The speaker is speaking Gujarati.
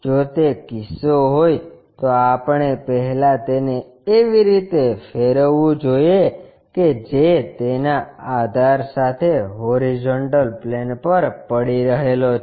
જો તે કિસ્સો હોય તો આપણે પહેલા તેને એવી રીતે ફેરવવું જોઈએ કે જે તેના આધાર સાથે હોરીઝોન્ટલ પ્લેન પર પડી રહેલો છે